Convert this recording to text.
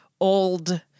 old